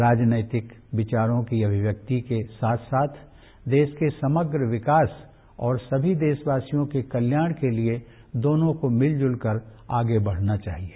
राजनैतिक विचारधारा की अभिव्यक्ति के साथ साथ देश के समग्र विकास और समी देशवासियों के कल्याण के लिए दोनो को मिलजुलकर कार्य करना चाहिये